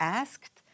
asked